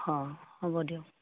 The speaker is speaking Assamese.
অ হ'ব দিয়ক